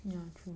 ya true